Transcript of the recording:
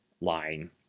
line